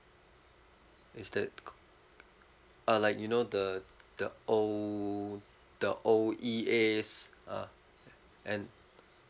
is that c~ uh like you know the the old the old E_S ah and